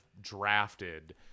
drafted